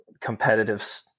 competitive –